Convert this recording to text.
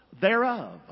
thereof